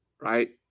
right